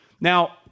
Now